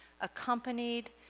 Accompanied